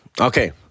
Okay